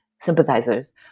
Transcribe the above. sympathizers